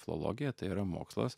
filologija tai yra mokslas